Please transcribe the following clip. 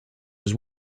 his